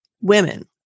Women